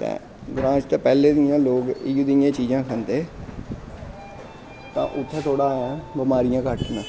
ते ग्रांऽ ते पैह्लें बी इ'यां लोग इ'यै जेहियां चीजां खंदे ते उत्थै थोह्ड़ियां बमारियां घट्ट न